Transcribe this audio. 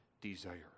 desire